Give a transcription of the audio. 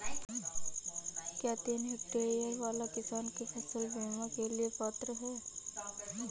क्या तीन हेक्टेयर वाला किसान फसल बीमा के लिए पात्र हैं?